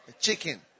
chicken